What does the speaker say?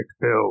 build